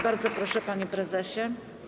Bardzo proszę, panie prezesie.